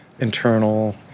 internal